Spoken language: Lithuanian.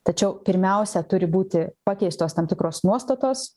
tačiau pirmiausia turi būti pakeistos tam tikros nuostatos